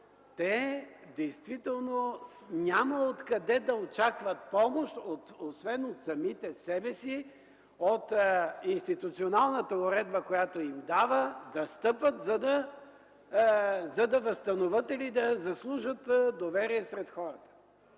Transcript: Те действително няма откъде да очакват помощ освен от самите себе си, от институционалната уредба, която им дава да стъпят, за да възстановят или да заслужат доверие сред хората.